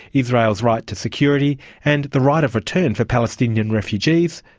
israel's right to security, and the right of return for palestinian refugees,